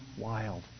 wild